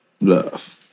Love